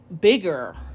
bigger